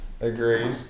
Agreed